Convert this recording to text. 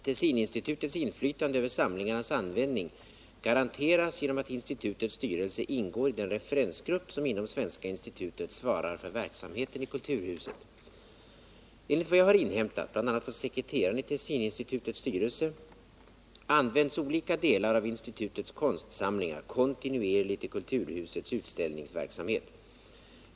Tessininstitutets inflytande över samlingarnas användning garanteras genom att institutets styrelse ingår i den referensgrupp som inom Svenska institutet svarar för verksamheten i kulturhuset. Enligt vad jag inhämtat, bl.a. från sekreteraren i Tessininstitutets styrelse, används olika delar av institutets konstsamlingar kontinuerligt i kulturhusets utställningsverksamhet.